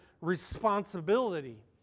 responsibility